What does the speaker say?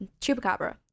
chupacabra